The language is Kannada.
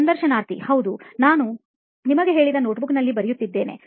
ಸಂದರ್ಶನಾರ್ಥಿಹೌದು ನಾನು ನಿಮಗೆ ಹೇಳಿದ notebook ನಲ್ಲಿ ಬರಿಯುತ್ತೇನೆ